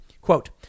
Quote